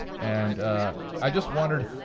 and i just wondered,